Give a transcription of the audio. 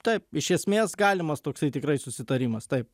taip iš esmės galimas toksai tikrai susitarimas taip